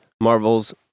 Marvel's